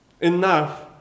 enough